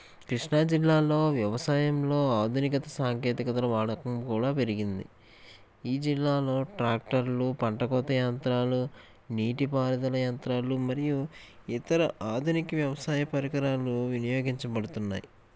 కృష్ణా జిల్లాలో వ్యవసాయంలో ఆధునికత సాంకేతికతల వాడకం కూడా పెరిగింది ఈ జిల్లాలో ట్రాక్టర్లు పంట కోసే యంత్రాలు నీటిపారుదల యంత్రాలు మరియు ఇతర ఆధునిక వ్యవసాయ పరికరాలు వినియోగించబడుతున్నాయ